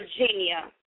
Virginia